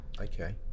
Okay